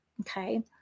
Okay